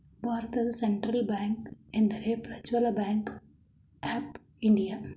ಭಾರತದಲ್ಲಿ central bank ಎಂದರೆ Prajwal bank of India